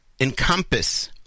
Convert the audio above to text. encompass